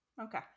Okay